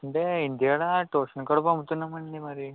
అంటే ఇంటికాడ ట్యూషన్ కూడా పంపుతున్నామండీ మరి